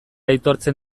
aitortzen